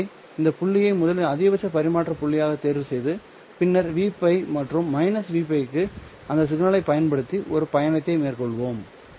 ஆகவே இந்த புள்ளியை முதலில் அதிகபட்ச பரிமாற்ற புள்ளியாகத் தேர்வுசெய்து பின்னர் Vπ மற்றும் Vπ க்கு அந்த சிக்னலை பயன்படுத்தி ஒரு பயணத்தை மேற்கொள்வோம்